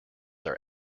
are